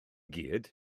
gyd